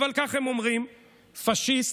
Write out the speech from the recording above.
אבל כך הם אומרים: פשיסט.